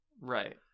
Right